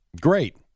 Great